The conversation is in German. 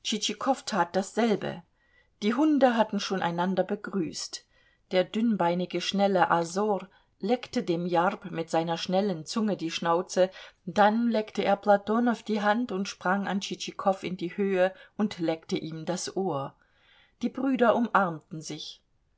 tschitschikow tat dasselbe die hunde hatten schon einander begrüßt der dünnbeinige schnelle asor leckte den jarb mit seiner schnellen zunge die schnauze dann leckte er platonow die hand und sprang an tschitschikow in die höhe und leckte ihm das ohr die brüder umarmten sich